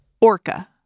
Orca